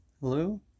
hello